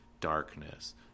darkness